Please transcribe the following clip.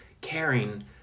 caring